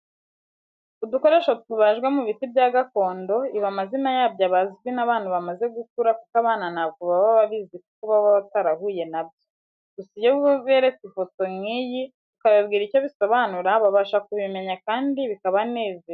Udukoresho tubajwe mu biti bya gakondo, ibi amazina yabyo aba azwi n'abantu bamaze gukura kuko abana ntabwo bo baba babizi kuko baba batarahuye na byo, gusa iyo uberetse ifoto nk'iyi ukababwira icyo bisobanura babasha kubimenya kandi bikabanezeza.